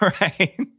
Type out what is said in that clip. Right